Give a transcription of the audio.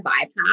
bypass